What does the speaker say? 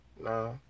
nah